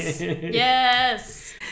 Yes